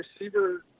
receiver